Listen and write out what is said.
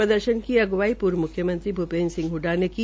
प्रदर्शन की अगुवाई पूर्व मुख्यमंत्री भूपेन्द्र सिंह हडडा ने की